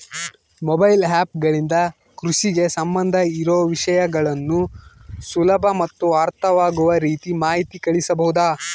Mobile app ಗಳಿಂದ ಕೃಷಿಗೆ ಸಂಬಂಧ ಇರೊ ವಿಷಯಗಳನ್ನು ಸುಲಭ ಮತ್ತು ಅರ್ಥವಾಗುವ ರೇತಿ ಮಾಹಿತಿ ಕಳಿಸಬಹುದಾ?